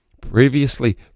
Previously